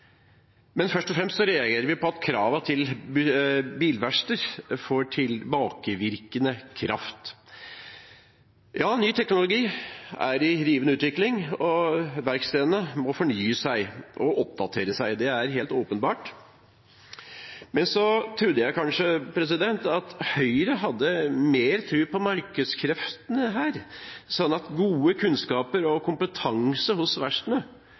men først og fremst reagerer vi på at kravene til bilverksteder får tilbakevirkende kraft. Ja, ny teknologi er i rivende utvikling, og verkstedene må fornye seg og oppdatere seg. Det er helt åpenbart. Men jeg trodde kanskje at Høyre hadde mer tro på markedskreftene her, sånn at gode kunnskaper og kompetanse hos